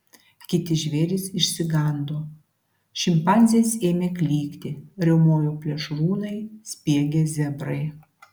kiti žvėrys išsigando šimpanzės ėmė klykti riaumojo plėšrūnai spiegė zebrai